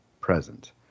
present